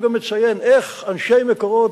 הוא גם מציין איך אנשי "מקורות",